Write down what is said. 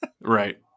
Right